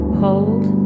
hold